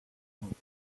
removed